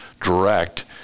direct